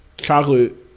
chocolate